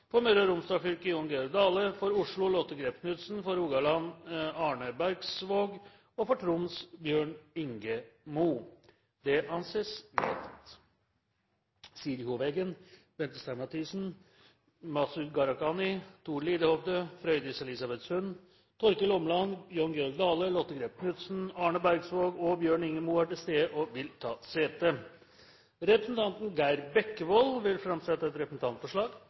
For Møre og Romsdal fylke: Jon Georg Dale For Oslo: Lotte Grepp Knutsen For Rogaland fylke: Arne Bergsvåg For Troms fylke: Bjørn Inge Mo Siri Hov Eggen, Bente Stein Mathisen, Masud Gharahkhani, Thor Lillehovde, Frøydis Elisabeth Sund, Torkil Åmland, Jon Georg Dale, Lotte Grepp Knutsen, Arne Bergsvåg og Bjørn Inge Mo er til stede og vil ta sete. Representanten Geir Jørgen Bekkevold vil framsette et representantforslag.